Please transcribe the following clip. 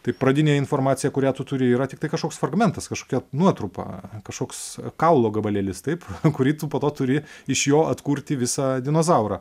tai pradinė informacija kurią tu turi yra tiktai kažkoks fragmentas kažkokia nuotrupa kažkoks kaulo gabalėlis taip kurį tu po to turi iš jo atkurti visą dinozaurą